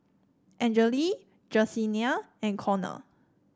Angele Jesenia and Connor